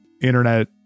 internet